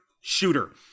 shooter